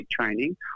training